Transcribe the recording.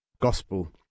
gospel